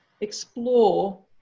explore